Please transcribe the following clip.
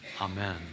Amen